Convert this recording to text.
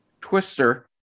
Twister